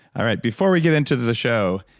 all right. before we get into the show,